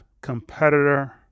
competitor